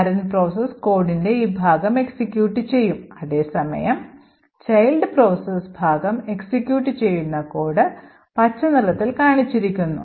parent process കോഡിന്റെ ഈ ഭാഗം എക്സിക്യൂട്ട് ചെയ്യും അതേസമയം ചൈൽഡ് പ്രോസസ് ഭാഗം എക്സിക്യൂട്ട് ചെയ്യുന്ന കോഡ് പച്ച നിറത്തിൽ കാണിച്ചിരിക്കുന്നു